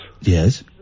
yes